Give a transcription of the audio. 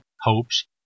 hopes